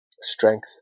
strength